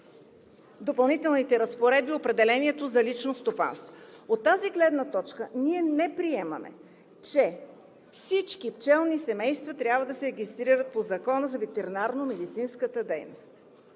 Допълнителните разпоредби в определението за лично стопанство. От тази гледна точка ние не приемаме, че всички пчелни семейства трябва да се регистрират по Закона за ветеринарномедицинската дейност.